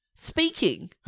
Speaking